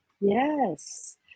Yes